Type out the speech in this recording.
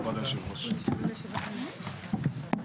הישיבה ננעלה בשעה 14:00.